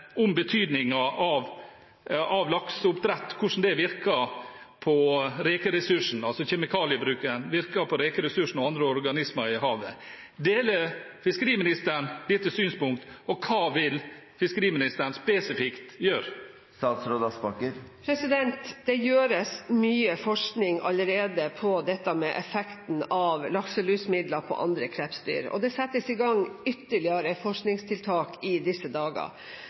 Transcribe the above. om betydningen av hvordan kjemikaliebruken ved lakseoppdrett virker på rekeressursen og andre organismer i havet. Deler fiskeriministeren dette synspunktet, og hva vil fiskeriministeren spesifikt gjøre? Det gjøres mye forskning allerede på dette med effekten av lakselusmidler på andre krepsdyr, og det settes i gang ytterligere forskningstiltak i disse dager.